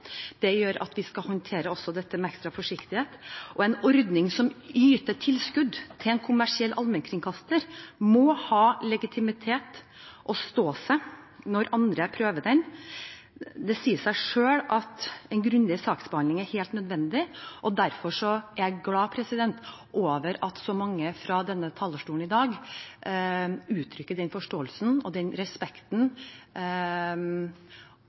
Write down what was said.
Det gjør at vi skal håndtere også dette med ekstra forsiktighet. En ordning som yter tilskudd til en kommersiell allmennkringkaster, må ha legitimitet og stå seg når andre prøver den. Det sier seg selv at en grundig saksbehandling er helt nødvendig. Derfor er jeg glad for at så mange fra denne talerstolen i dag uttrykker forståelse og respekt for at dette arbeidet er krevende, og